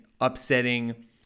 upsetting